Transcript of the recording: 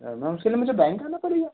क्या मैम उसके लिए मुझे बैंक आना पड़ेगा